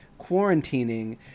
quarantining